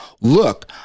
look